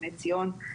בני ציון,